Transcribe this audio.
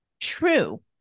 True